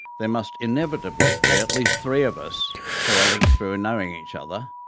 there must inevitably be at least three of us who are linked through and knowing each other,